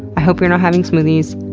i hope you're not having smoothies.